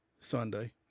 Sunday